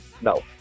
No